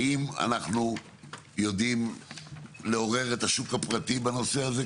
האם אנחנו יודעים לעורר את השוק הפרטי בנושא הזה,